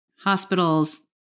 hospitals